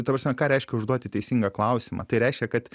ta prasme ką reiškia užduoti teisingą klausimą tai reiškia kad